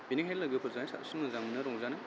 बेनिखायनो लोगोफोरजों साबसिन मोजां मोनो रंजानो